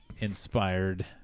inspired